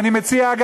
ואני מציע,